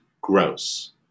gross